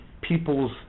people's